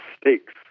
stakes